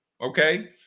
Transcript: Okay